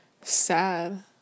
sad